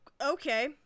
okay